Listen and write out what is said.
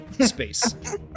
space